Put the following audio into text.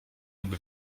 lub